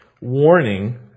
warning